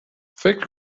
فکر